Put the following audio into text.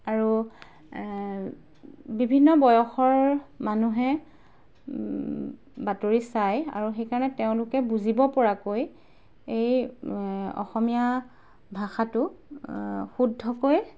আৰু বিভিন্ন বয়সৰ মানুহে বাতৰি চায় আৰু সেইকাৰণে তেওঁলোকে বুজিবপৰাকৈ এই অসমীয়া ভাষাটো শুদ্ধকৈ